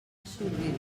sortit